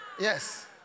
Yes